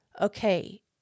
okay